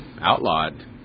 outlawed